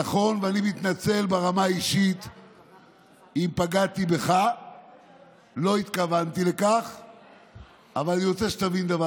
נתניהו בקדנציה הקודמת בנושא תקציב המדינה הבעתי עמדה בקול ברור,